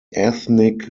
ethnic